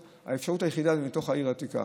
האפשרות היחידה להגיע היא מתוך העיר העתיקה.